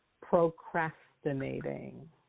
procrastinating